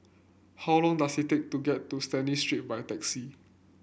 how long does it take to get to Stanley Street by taxi